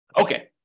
Okay